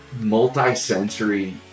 multi-sensory